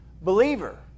believer